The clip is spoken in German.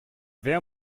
wer